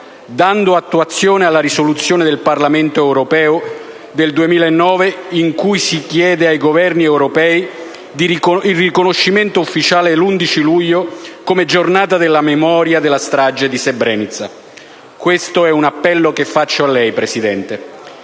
dando attuazione alla risoluzione del Parlamento europeo del 2009, in cui si chiede ai Governi europei il riconoscimento ufficiale dell'11 luglio come giornata della memoria della strage di Srebrenica. Questo è un appello che rivolgo a lei, Presidente.